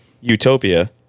utopia